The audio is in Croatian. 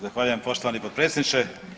Zahvaljujem poštovani potpredsjedniče.